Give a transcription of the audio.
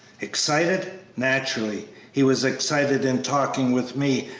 excited? naturally he was excited in talking with me,